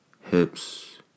hips